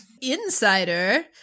Insider